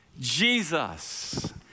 Jesus